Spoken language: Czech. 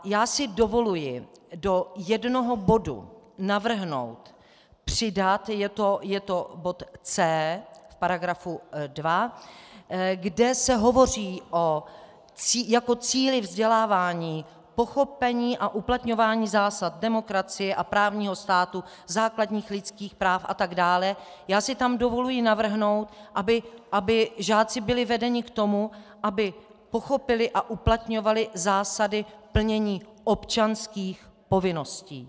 Já si dovoluji do jednoho bodu navrhnout přidat, je to bod C v § 2, kde se hovoří o cíli vzdělávání jako pochopení a uplatňování zásad demokracie a právního státu, základních lidských práv a tak dále, já si tam dovoluji navrhnout, aby žáci byli vedeni k tomu, aby pochopili a uplatňovali zásady plnění občanských povinností.